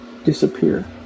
disappear